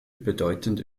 bedeutende